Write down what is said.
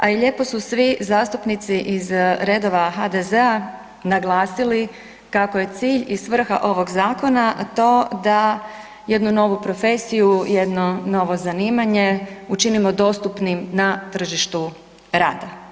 A i lijepo su svi zastupnici iz redova HDZ-a naglasili kako je cilj i svrha ovog zakona to da jednu novu profesiju, jedno novo zanimanje učinimo dostupnim na tržištu rada.